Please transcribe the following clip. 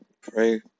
Pray